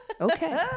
Okay